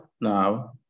now